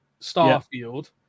Starfield